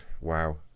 Wow